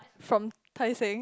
from Tai-Seng